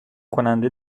کننده